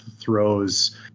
throws